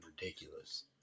ridiculous